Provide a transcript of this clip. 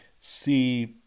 see